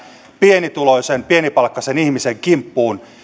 pienituloisen pienipalkkaisen ihmisen kimppuun